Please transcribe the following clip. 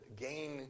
gain